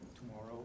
tomorrow